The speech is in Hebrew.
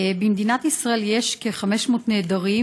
במדינת ישראל יש כ-500 נעדרים,